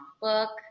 book